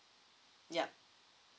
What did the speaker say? yup